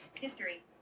History